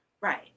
Right